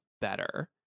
better